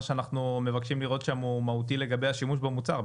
מה שאנחנו מבקשים לראות שם הוא מהותי לגבי השימוש במוצר.